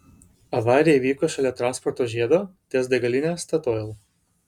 avarija įvyko šalia transporto žiedo ties degaline statoil